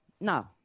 no